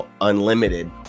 unlimited